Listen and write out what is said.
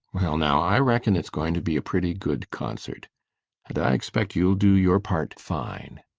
well now, i reckon it's going to be a pretty good concert. and i expect you'll do your part fine,